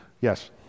Yes